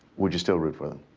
would you still root for them?